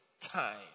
time